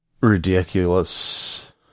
ridiculous